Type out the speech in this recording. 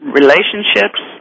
relationships